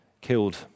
killed